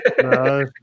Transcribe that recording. no